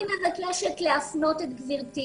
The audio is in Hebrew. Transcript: אני מבקשת להפנות את גברתי